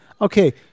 Okay